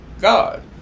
God